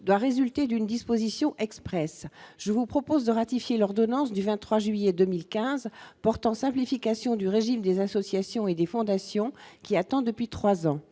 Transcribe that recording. doit résulter d'une disposition expresse, je vous propose de ratifier l'ordonnance du 23 juillet 2015 portant simplification du régime des associations et des fondations qui attend depuis 3 ans,